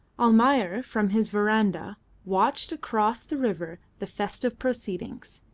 almayer from his verandah watched across the river the festive proceedings,